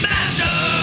Master